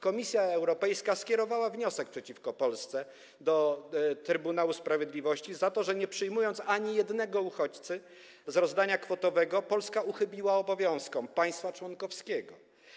Komisja Europejska skierowała wniosek przeciwko Polsce do Trybunału Sprawiedliwości za to, że nie przyjmując ani jednego uchodźcy z rozdania kwotowego, Polska uchybiła obowiązkom państwa członkowskiego.